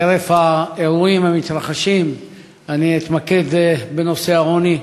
חרף האירועים המתרחשים אני אתמקד בנושא העוני,